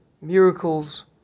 miracles